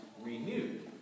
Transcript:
renewed